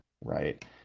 right